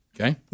Okay